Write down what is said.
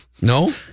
No